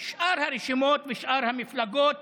שאר המפלגות